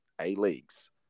A-Leagues